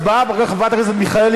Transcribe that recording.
אחר כך הצבעה ואחר כך חברת הכנסת מיכאלי,